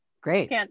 Great